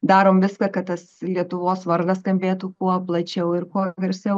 darom viską kad tas lietuvos vardas skambėtų kuo plačiau ir kuo garsiau